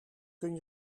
kun